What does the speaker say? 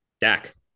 Dak